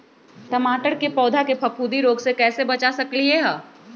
टमाटर के पौधा के फफूंदी रोग से कैसे बचा सकलियै ह?